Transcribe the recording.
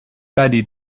بدی